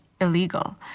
illegal